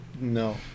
No